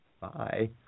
Bye